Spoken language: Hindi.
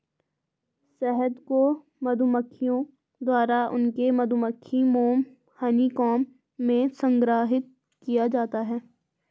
शहद को मधुमक्खियों द्वारा उनके मधुमक्खी मोम हनीकॉम्ब में संग्रहीत किया जाता है